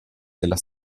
della